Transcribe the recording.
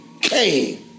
came